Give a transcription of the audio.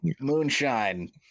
moonshine